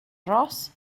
ros